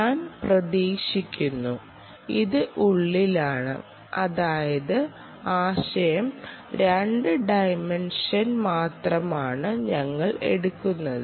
ഞാൻ പ്രതീക്ഷിക്കുന്നു ഇത് ഉള്ളിലാണ് അതാണ് ആശയം 2 ഡൈമെൻഷൻ മാത്രമാണ് ഞങ്ങൾ എടുത്തത്